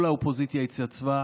כל האופוזיציה התייצבה.